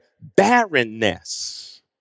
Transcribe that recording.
barrenness